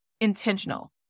intentional